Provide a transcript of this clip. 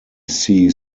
see